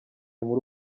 muri